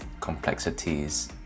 complexities